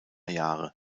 jahre